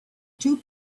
two